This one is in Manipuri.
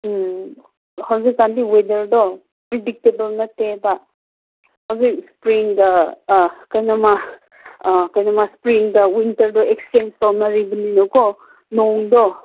ꯎꯝ ꯍꯧꯖꯤꯛꯀꯥꯟꯗꯤ ꯋꯦꯗꯔꯗꯣ ꯄ꯭ꯔꯤꯗꯤꯛꯇꯦꯕꯜ ꯅꯠꯇꯦꯕ ꯍꯧꯖꯤꯛ ꯏꯁꯄ꯭ꯔꯤꯡꯗ ꯀꯔꯤꯅꯣꯝꯃ ꯀꯔꯤꯅꯣꯝꯃ ꯏꯁꯄ꯭ꯔꯤꯡꯒ ꯋꯤꯟꯇꯔꯒꯗꯣ ꯑꯦꯛꯆꯦꯟꯁ ꯇꯧꯅꯔꯤꯕꯅꯤꯅꯀꯣ ꯅꯣꯡꯗꯣ